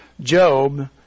Job